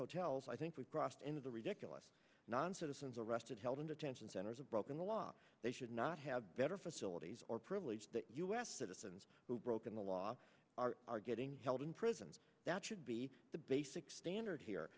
hotels i think we've crossed into the ridiculous non citizens arrested held in detention centers have broken the law they should not have better facilities or privileged u s citizens who broken the law are getting held in prisons that should be the basic standard here